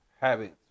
Habits